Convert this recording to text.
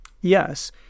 Yes